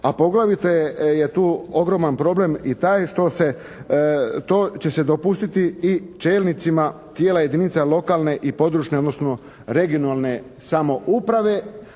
A poglavito je tu ogroman problem i taj što će se dopustiti i čelnicima tijela jedinica lokalne i područne odnosno regionalne samouprave